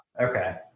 Okay